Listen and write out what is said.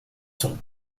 sont